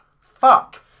Fuck